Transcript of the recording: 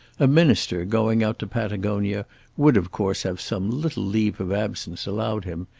a minister going out to patagonia would of course have some little leave of absence allowed him,